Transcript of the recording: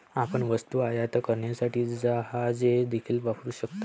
आपण वस्तू आयात करण्यासाठी जहाजे देखील वापरू शकता